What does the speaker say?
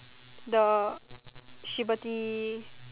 the Shiberty